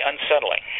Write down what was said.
unsettling